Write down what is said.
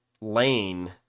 lane